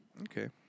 Okay